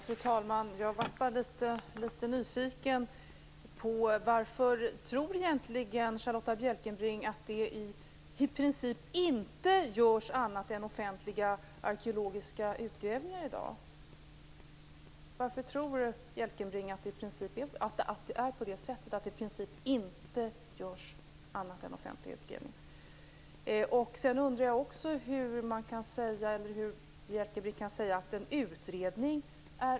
Fru talman! Jag är litet nyfiken på varför Charlotta Bjälkebring egentligen tror att det i princip inte görs annat än offentliga arkeologiska utgrävningar i dag. Sedan undrar jag också hur Charlotta Bjälkebring kan säga att man låser sig för ett beslut genom att tillsätta en utredning.